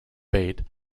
bait